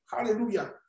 Hallelujah